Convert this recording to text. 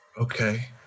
Okay